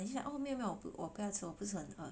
then he's like oh 没有没有我不要吃我不是是很饿